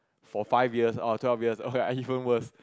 for five years or twelve years oh ya even worse